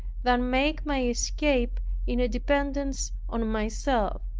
than make my escape in a dependence on myself.